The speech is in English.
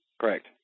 Correct